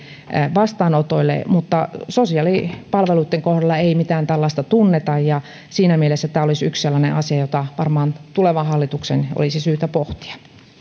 vastaanotoille mutta sosiaalipalveluitten kohdalla ei mitään tällaista tunneta ja siinä mielessä tämä olisi yksi sellainen asia jota varmaan tulevan hallituksen olisi syytä pohtia